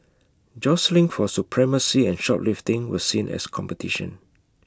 jostling for supremacy and shoplifting were seen as competition